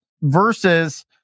versus